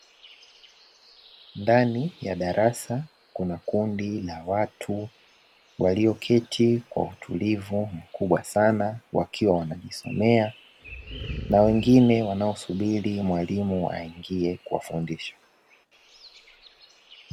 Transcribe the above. Ndani ya darasa kuna kundi la watu walioketi kwa utulivu mkubwa sana wakiwa wanajisomea na wengine wanaosubiri mwalimu aingie kuwafundisha.